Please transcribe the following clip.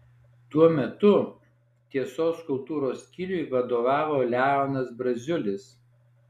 tuo metu tiesos kultūros skyriui vadovavo leonas braziulis